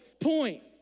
point